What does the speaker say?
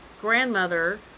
grandmother